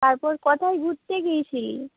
তারপর কোথায় ঘুরতে গিয়েছিলি